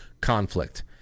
conflict